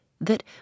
that